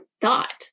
thought